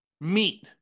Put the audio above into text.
meet